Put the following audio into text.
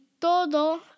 todo